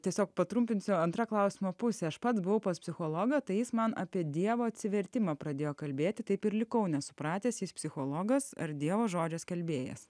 tiesiog patrumpinsiu antra klausimo pusė aš pats buvau pas psichologą tai jis man apie dievo atsivertimą pradėjo kalbėti taip ir likau nesupratęs jis psichologas ar dievo žodžio skelbėjas